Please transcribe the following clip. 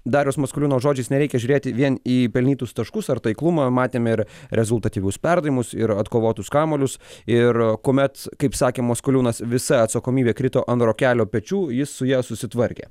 dariaus maskoliūno žodžiais nereikia žiūrėti vien į pelnytus taškus ar taiklumą matėm ir rezultatyvius perdavimus ir atkovotus kamuolius ir kuomet kaip sakė maskoliūnas visa atsakomybė krito ant rokelio pečių jis su ja susitvarkė